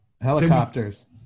Helicopters